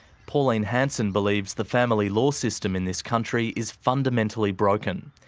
pauline hanson believes the family law system in this country is fundamentally broken.